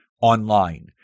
online